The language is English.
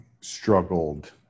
struggled